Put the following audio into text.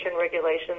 Regulations